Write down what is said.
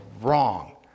wrong